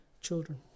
children